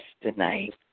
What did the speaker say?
tonight